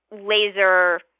laser